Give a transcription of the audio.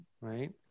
Right